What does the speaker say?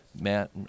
Matt